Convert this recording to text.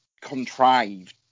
contrived